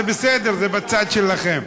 זה בסדר, זה בצד שלכם.